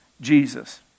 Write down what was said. Jesus